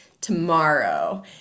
tomorrow